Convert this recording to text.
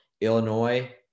Illinois